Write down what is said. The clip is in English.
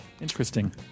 Interesting